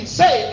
say